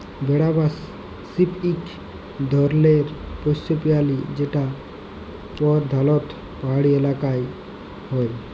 ভেড়া বা শিপ ইক ধরলের পশ্য পেরালি যেট পরধালত পাহাড়ি ইলাকায় হ্যয়